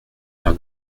père